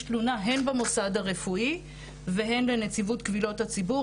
תלונה הן במוסד הרפואי והן לנציבות קבילות הציבור,